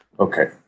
Okay